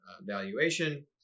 valuation